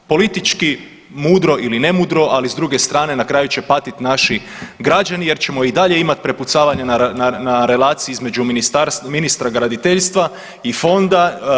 Politički mudro ili ne mudro, ali s druge strane na kraju će patiti naši građani jer ćemo i dalje imati prepucavanje na relaciji između ministra graditeljstva i fonda.